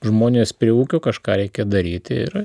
žmonės prie ūkio kažką reikia daryti ir